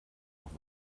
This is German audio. auch